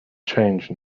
change